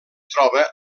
troba